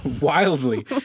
wildly